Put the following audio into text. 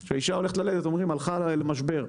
לפני שהאישה יולדת מתארים זאת כמשבר.